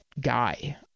guy